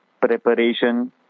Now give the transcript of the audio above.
preparation